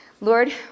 Lord